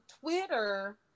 twitter